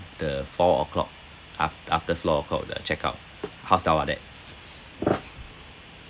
the four O'clock af~ after four O'clock the check out how sound like that